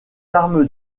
armes